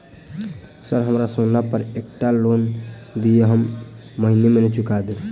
Sir हमरा सोना पर एकटा लोन दिऽ हम महीने महीने चुका देब?